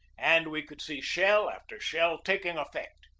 and we could see shell after shell taking effect.